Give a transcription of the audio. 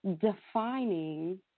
defining